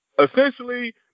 Essentially